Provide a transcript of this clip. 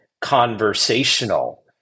conversational